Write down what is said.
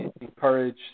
encourage